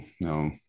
no